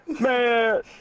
man